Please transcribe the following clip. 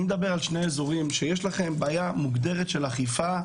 אני מדבר על שני אזורים בהם יש לכם בעיה מוגדרת של אכיפה,